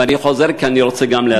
ואני חוזר כי אני רוצה גם להדגיש,